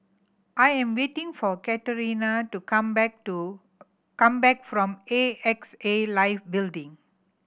I am waiting for Catrina to come back to come back from A X A Life Building